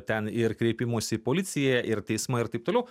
ten ir kreipimųsi į policiją ir teismai ir taip toliau